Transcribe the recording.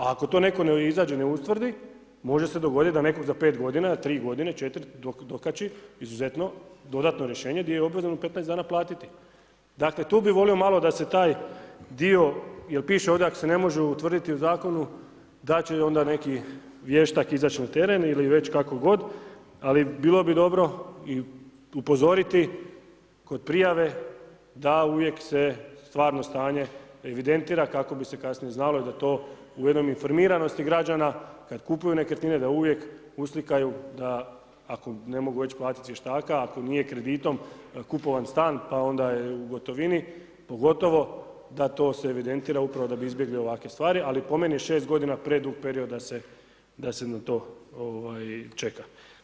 A ako to netko ne izađe, ne ustvrdi, može se dogodit da netko za 5 godina, 3 godine, 4 dokači izuzetno dodatno rješenje gdje je obvezno u 15 dana platiti, dakle tu bi volio malo da se taj dio, jer piše ovdje ako se ne može utvrditi u zakonu da će onda neki vještak izać na teren ili već kako god, ali bilo bi dobro upozoriti kod prijave da uvijek se stvarno stanje evidentira kako bi se kasnije znalo i da to u jednoj informiranosti građana kad kupuju nekretnine da uvijek uslikaju da, ako ne mogu već platiti vještaka, ako nije kreditom kupovan stan pa onda je u gotovini, pogotovo da to se evidentira upravo da bi izbjegli ovakve stvari, ali po meni je 6 godina predug period da se na to čeka.